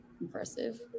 impressive